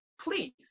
please